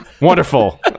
wonderful